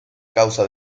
causa